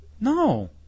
No